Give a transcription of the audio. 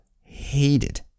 hated